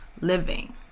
living